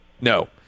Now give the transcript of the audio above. No